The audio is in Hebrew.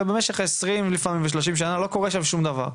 ולפעמים במשך עשרים והשלושים שנה לא קורה שם שום דבר.